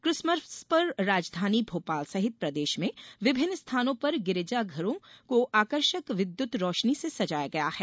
Christmas पर राजधानी भोपाल सहित प्रदेश में विभिन्न स्थानों पर गिरजाघरों को आकर्षक विद्युत रोशनी से सजाया गया है